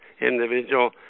individual